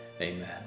amen